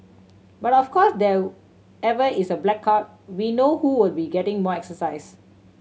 but of course there ever is a blackout we know who will be getting more exercise